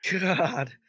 God